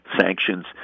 sanctions